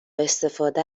استفاده